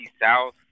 South